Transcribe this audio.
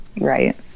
Right